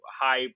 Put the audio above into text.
high